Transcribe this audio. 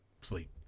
Sleep